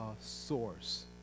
source